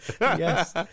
Yes